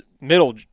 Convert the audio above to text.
middle